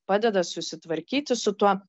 padeda susitvarkyti su tuo